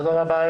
תודה רבה.